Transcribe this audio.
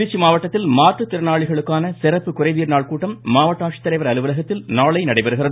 திருச்சி மாவட்டத்தில் மாற்றுத் திறனாளிகளுக்கான சிறப்பு குறைதீர்க்கும் நாள் கூட்டம் மாவட்ட ஆட்சித்தலைவர் அலுவலகத்தில் நாளை நடைபெறுகிறது